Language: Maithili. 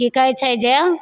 कि कहै छै जे